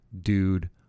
dude